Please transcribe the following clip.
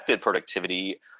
productivity